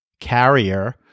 carrier